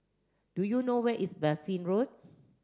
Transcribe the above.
do you know where is Bassein Road